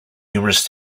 numerous